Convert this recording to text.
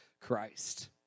Christ